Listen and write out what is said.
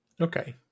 Okay